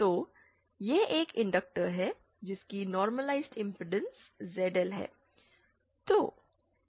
तो यह एक इंडक्टर है जिसकी नॉर्मलआईजड इमपेडेंस zl है